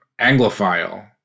anglophile